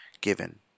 given